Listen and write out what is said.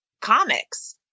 comics